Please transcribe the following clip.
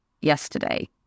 yesterday